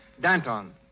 Danton